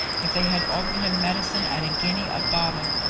if they had ordered him medicine at a guinea a bottle,